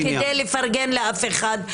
אנחנו לא בישיבה הזאת כדי לפרגן לאף אחד,